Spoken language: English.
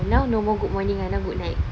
oh now no more good morning ah now goodnight